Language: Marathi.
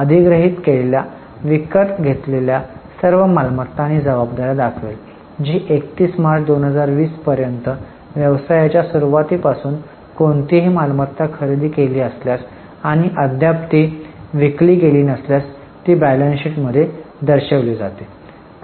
अधिग्रहित केलेल्या विकत घेतलेल्या सर्व मालमत्ता आणि जबाबदाऱ्या दाखवेल जी 31 मार्च 2020 पर्यंत व्यवसायाच्या सुरूवाती पासून कोणतीही मालमत्ता खरेदी केली असल्यास आणि अद्याप ती विकली गेली नसल्यास ती बॅलन्स शीट मध्ये दर्शविली जाईल